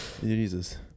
Jesus